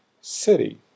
city